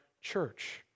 church